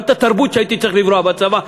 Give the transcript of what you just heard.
גם את התרבות שהייתי צריך לבלוע בצבא,